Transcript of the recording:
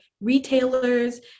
retailers